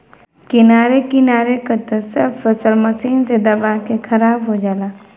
किनारे किनारे क त सब फसल मशीन से दबा के खराब हो जाला